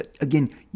again